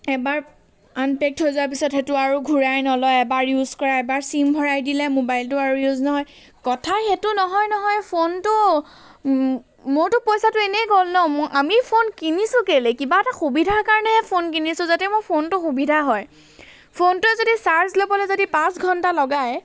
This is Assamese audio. এবাৰ আনপেক্ড হৈ যোৱাৰ পিছত সেইটো আৰু ঘূৰাই নলয় সেইটো ইউজ কৰা এবাৰ চিম ভৰাই দিলে আৰু মোবাইলটো আৰু ইউজ নহয় কথা সেইটো নহয় নহয় ফোনটো মোৰতো পইচাটো এনেই গ'ল ন ম আমি ফোন কিনিছোঁ কেলৈ কিবা এটা সুবিধাৰ কাৰণেহে ফোন কিনিছোঁ যাতে মোৰ ফোনটো সুবিধা হয় ফোনটোৱে যদি চাৰ্জ ল'বলৈ পাঁচ ঘণ্টা লগায়